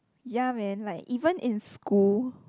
ya man like even in school